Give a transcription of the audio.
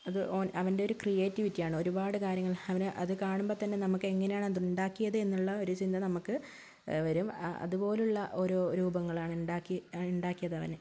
അത് ഓൻ അവൻ്റെ ഒരു ക്രീയേറ്റിവിറ്റിയാണ് ഒരുപാട് കാര്യങ്ങൾ അവൻ അത് കാണുമ്പം തന്നെ നമ്മൾക്ക് എങ്ങനെയാണ് അതുണ്ടാക്കിയതെന്നുള്ള ഒരു ചിന്ത നമ്മൾക്ക് വരും അതുപോലുള്ള ഓരോ രൂപങ്ങളാണ് ഉണ്ടാക്കി ഉണ്ടാക്കിയതവൻ